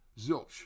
Zilch